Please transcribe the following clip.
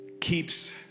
keeps